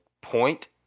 point